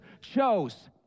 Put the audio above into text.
chose